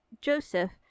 Joseph